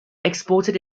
exported